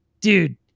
dude